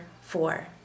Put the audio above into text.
four